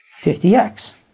50x